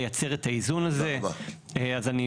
דבר שני,